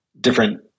different